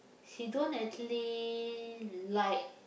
she don't actually like